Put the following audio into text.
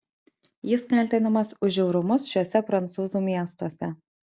jis kaltinamas už žiaurumus šiuose prancūzų miestuose